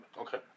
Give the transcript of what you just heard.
Okay